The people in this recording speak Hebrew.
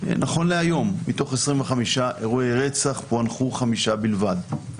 נכון להיום, מתוך 25 אירועי רצח פוענחו 5 בלבד.